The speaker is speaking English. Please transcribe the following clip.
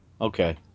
Okay